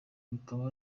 kikaba